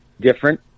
different